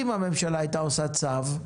אם הממשלה הייתה עושה צו,